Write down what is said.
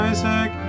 Isaac